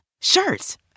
Shirts